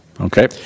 Okay